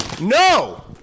No